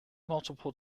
multiple